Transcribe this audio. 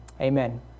Amen